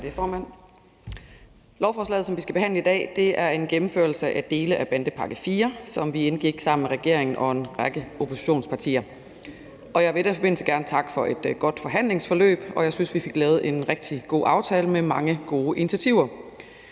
takke for et godt forhandlingsforløb, og jeg synes, at vi fik lavet en rigtig god aftale med mange gode initiativer.